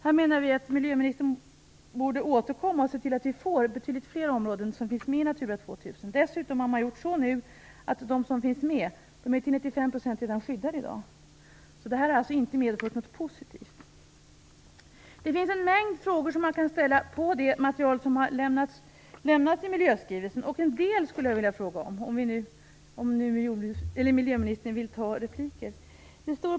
Vi menar att miljöministern borde återkomma och se till att vi får med betydligt fler områden i Natura 2 000. Dessutom är de områden som nu finns med till 95 % redan skyddade i dag. Detta har alltså inte medfört något positivt. Det finns en mängd frågor angående det material som har lämnats i Miljöskrivelsen. En del av dessa vill jag ställa, om miljöministern vill ta repliker.